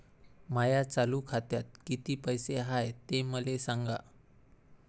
माया चालू खात्यात किती पैसे हाय ते मले सांगा